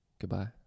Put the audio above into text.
Goodbye